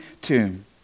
tomb